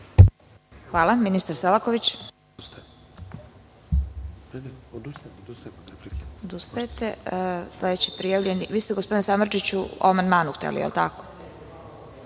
ima ministar Selaković.